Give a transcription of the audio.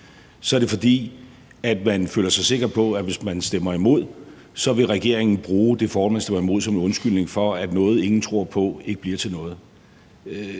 så er det, fordi man føler sig sikker på, at hvis man stemmer imod, vil regeringen bruge det forhold, at man stemmer imod, som en undskyldning for, at noget, ingen tror på, ikke bliver til noget.